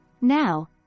Now